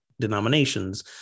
denominations